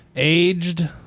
Aged